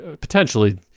Potentially